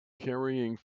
carrying